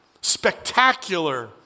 Spectacular